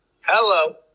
Hello